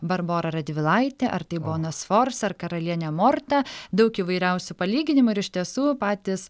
barbora radvilaitė ar tai bona sforza ar karalienė morta daug įvairiausių palyginimų ir iš tiesų patys